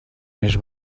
més